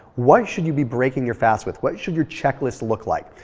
what should you be breaking your fast with? what should your checklist look like?